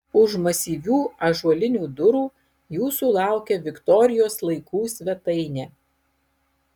už masyvių ąžuolinių durų jūsų laukia viktorijos laikų svetainė